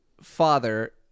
father